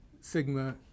sigma